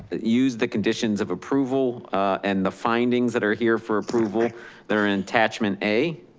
use the conditions of approval and the findings that are here for approval that are in attachment a,